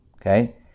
Okay